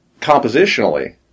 compositionally